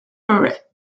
beret